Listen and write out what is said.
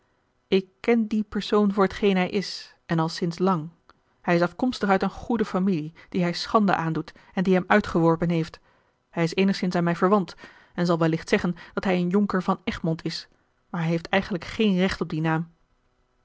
ik ken dien persoon voor t geen hij is en al sinds lang hij is afkomstig uit eene goede familie die hij schande aandoet en die hem uitgeworpen heeft hij is eenigszins aan mij verwant en zal wellicht zeggen dat hij een jonker van egmond is maar hij heeft eigenlijk geen recht op dien naam